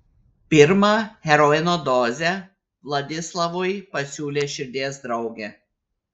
pirmą heroino dozę vladislavui pasiūlė širdies draugė